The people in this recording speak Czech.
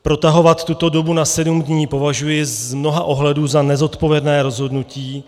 Protahovat tuto dobu na sedm dní považuji z mnoha ohledů za nezodpovědné rozhodnutí.